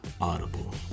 Audible